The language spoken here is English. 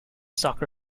soccer